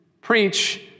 preach